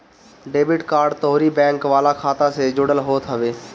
debit card तोहरी bank वाला खाता से जुड़ल होत हवे